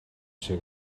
шиг